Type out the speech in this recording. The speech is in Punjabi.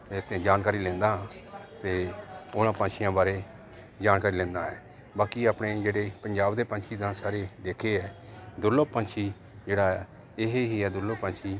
ਅਤੇ ਜਾਣਕਾਰੀ ਲੈਂਦਾ ਅਤੇ ਉਹਨਾਂ ਪੰਛੀਆਂ ਬਾਰੇ ਜਾਣਕਾਰੀ ਲੈਂਦਾ ਹੈ ਬਾਕੀ ਆਪਣੇ ਜਿਹੜੇ ਪੰਜਾਬ ਦੇ ਪੰਛੀ ਤਾਂ ਸਾਰੇ ਦੇਖੇ ਆ ਦੁਰਲੱਭ ਪੰਛੀ ਜਿਹੜਾ ਇਹ ਹੀ ਹੈ ਦੁਰਲੱਭ ਪੰਛੀ